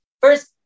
First